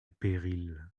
péril